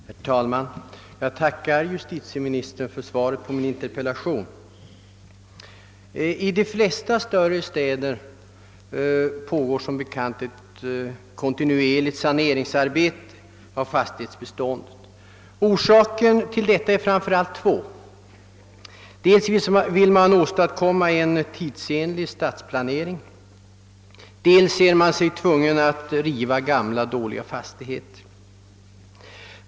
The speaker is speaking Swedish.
Herr talman! Jag tackar justitieministern för svaret på min interpellation. I de flesta större städer pågår som bekant ett kontinuerligt arbete med sanering av fastighetsbeståndet. Orsaker na till detta är framför allt två: dels vill man åstadkomma en tidsenlig stadsplanering, dels ser man sig tvungen att riva gamla, dåliga fastigheter.